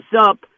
up